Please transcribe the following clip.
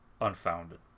unfounded